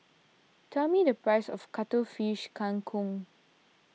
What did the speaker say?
tell me the price of Cuttlefish Kang Kong